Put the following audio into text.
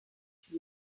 chez